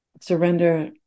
surrender